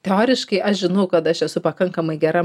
teoriškai aš žinau kad aš esu pakankamai gera